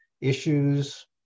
issues